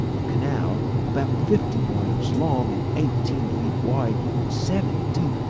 a canal, about fifty miles long and eighteen feet wide, and seven deep,